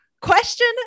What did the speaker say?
Question